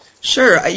Sure